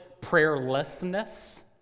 prayerlessness